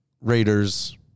Raiders